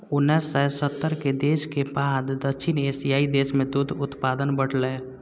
उन्नैस सय सत्तर के दशक के बाद दक्षिण एशियाइ देश मे दुग्ध उत्पादन बढ़लैए